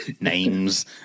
Names